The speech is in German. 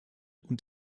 und